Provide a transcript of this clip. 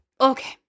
Okay